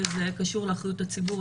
וזה קשור לאחריות הציבור.